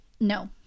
no